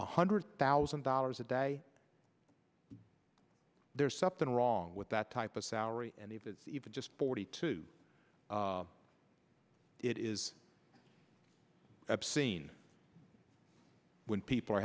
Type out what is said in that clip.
one hundred thousand dollars a day there's something wrong with that type of salary and if it's even just forty two it is obscene when people are